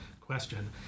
question